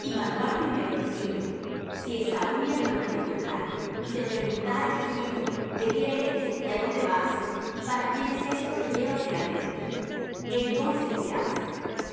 y mandó al primero diciendo si esaú mi hermano te encontrare y te preguntare diciendo de quién eres y adónde vas y para quién es esto que llevas delante de ti entonces dirás